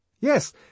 Yes